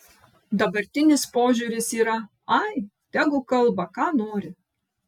dabartinis požiūris yra ai tegul kalba ką nori